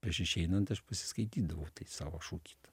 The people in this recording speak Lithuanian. prieš išeinant aš pasiskaitydavau tai savo šūkį tą